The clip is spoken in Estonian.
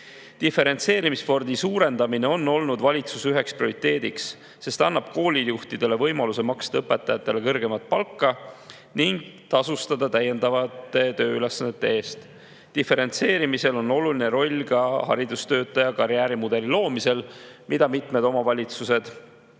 Diferentseerimisfondi suurendamine on olnud valitsuse üheks prioriteediks, sest see annab koolijuhtidele võimaluse õpetajatele kõrgemat palka maksta ning neid täiendavate tööülesannete eest tasustada. Diferentseerimisel on oluline roll ka haridustöötaja karjäärimudeli loomisel, mida mitmed omavalitsused on